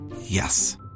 Yes